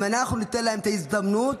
אם אנחנו ניתן להם את ההזדמנות,